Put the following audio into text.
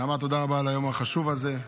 תודה רבה על היום החשוב הזה,